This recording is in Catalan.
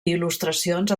il·lustracions